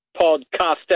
Podcaster